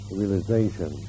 realization